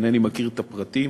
אינני מכיר את הפרטים,